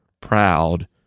proud